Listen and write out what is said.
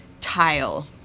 tile